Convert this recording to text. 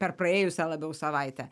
per praėjusią labiau savaitę